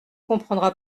comprendra